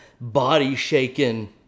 body-shaking